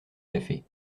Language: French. café